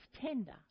tender